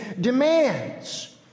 demands